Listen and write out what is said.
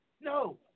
No